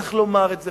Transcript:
וצריך לומר את זה,